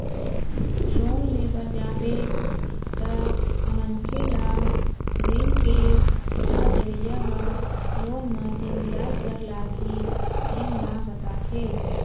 loan ले बर जाबे तअमनखे ल बेंक के सलाह देवइया ह लोन म जेन बियाज दर लागही तेन ल बताथे